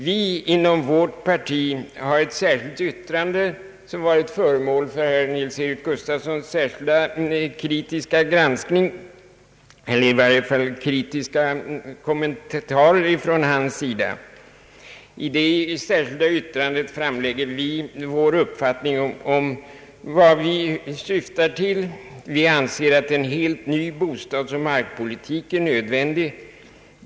Vi inom vårt parti har ett särskilt yttrande till utskottets utlåtande som har varit föremål för kritiska kommentarer från herr Nils-Eric Gustafssons sida. I det särskilda yttrandet anför vi vår uppfattning om bostadspolitikens inriktning. Vi anser att en helt ny bostadsoch markpolitik är nödvändig.